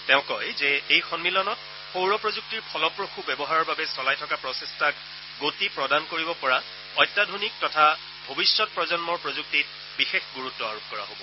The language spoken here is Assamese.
তেওঁ কয় যে এই সন্মিলনত সৌৰশক্তিৰ ফলপ্ৰসু ব্যৱহাৰৰ বাবে চলাই থকা প্ৰচেষ্টাক গতি প্ৰদান কৰিব পৰা অত্যাধুনিক তথা ভৱিষ্যত প্ৰজন্মৰ প্ৰযুক্তিত বিশেষ গুৰুত্ব আৰোপ কৰা হ'ব